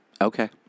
Okay